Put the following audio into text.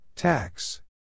Tax